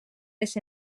les